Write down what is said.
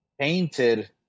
painted